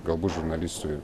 galbūt žurnalistui